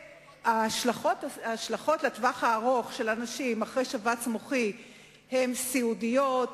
וההשלכות לטווח הארוך של אנשים אחרי שבץ מוחי הן סיעודיות,